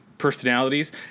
personalities